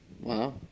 Wow